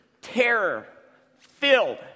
terror-filled